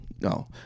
No